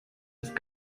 ist